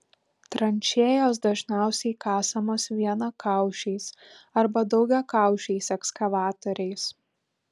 tranšėjos dažniausiai kasamos vienakaušiais arba daugiakaušiais ekskavatoriais